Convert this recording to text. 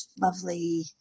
lovely